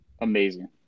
Amazing